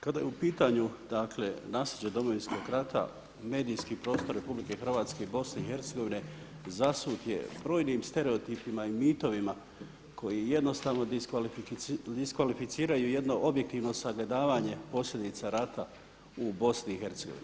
Kada je u pitanju dakle nasljeđe Domovinskog rata, medijski prostor RH, Bosne i Hercegovine zasut je brojnim stereotipima i mitovima koji jednostavno diskvalificiraju jedno objektivno sagledavanje posljedica rata u BiH.